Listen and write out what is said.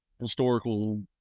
historical